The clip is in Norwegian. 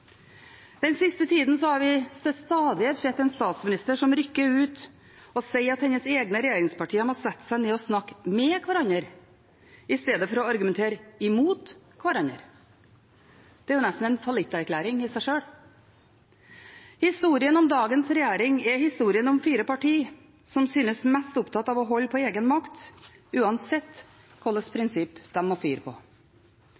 Den siste tida har vi til stadighet sett en statsminister som rykker ut og sier at hennes egne regjeringspartier må sette seg ned og snakke med hverandre istedenfor å argumentere mot hverandre. Det er jo nesten en fallitterklæring i seg sjøl. Historien om dagens regjering er historien om fire partier som synes mest opptatt av å holde på egen makt, uansett